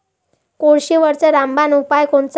कोळशीवरचा रामबान उपाव कोनचा?